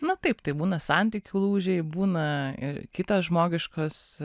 na taip tai būna santykių lūžiai būna ir kitos žmogiškos